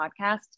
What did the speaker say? podcast